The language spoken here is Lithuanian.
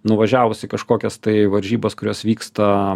nuvažiavus į kažkokias tai varžybas kurios vyksta